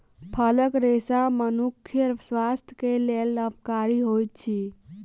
फलक रेशा मनुखक स्वास्थ्य के लेल लाभकारी होइत अछि